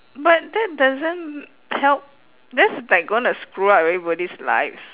but that doesn't m~ help that's like gonna screw up everybody's lives